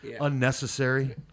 unnecessary